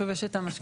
שוב יש את החשכ"ל,